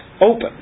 open